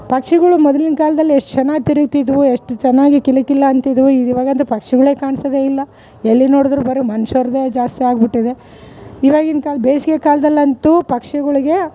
ಪಕ್ಷಿಗಳು ಮೊದ್ಲಿನ ಕಾಲದಲ್ಲಿ ಎಷ್ಟು ಚೆನ್ನಾಗ್ ತಿರುಗುತಿದ್ವು ಎಷ್ಟು ಚೆನ್ನಾಗ್ ಕಿಲ ಕಿಲ ಅಂತಿದ್ವು ಇವಾಗಂತು ಪಕ್ಷಿಗಳೇ ಕಾಣಿಸೋದೇ ಇಲ್ಲ ಎಲ್ಲಿ ನೋಡಿದರು ಬರಿ ಮನುಷ್ಯರದೇ ಜಾಸ್ತಿ ಆಗಿಬಿಟ್ಟಿದೆ ಇವಾಗಿನ ಕಾಲ ಬೇಸಿಗೆ ಕಾಲದಲಂತೂ ಪಕ್ಷಿಗಳಿಗೆ